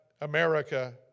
America